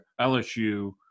lsu